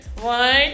One